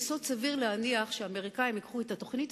יסוד סביר להניח שהאמריקנים ייקחו את התוכנית